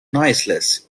noiseless